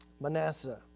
Manasseh